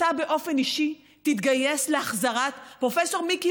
שאתה באופן אישי תתגייס להחזרת פרופ' מיקי